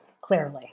clearly